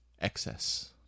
excess